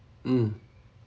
mm